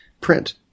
Print